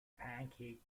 pancake